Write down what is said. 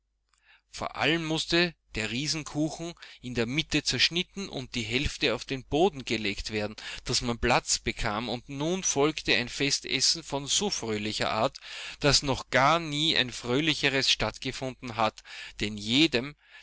vor allem mußte der riesenkuchen in der mitte zerschnitten und die hälfte auf den boden gelegt werden daß man platz bekam und nun folgte ein festessen von so fröhlicher art daß noch gar nie ein fröhlicheres stattgefunden hat denn jedem